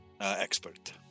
expert